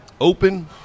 open